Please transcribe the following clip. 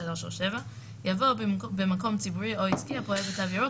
(3) או (7)" יבוא "במקום ציבורי או עסקי הפועל ב"תו ירוק"